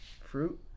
fruit